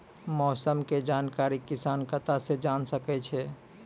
मौसम के जानकारी किसान कता सं जेन सके छै?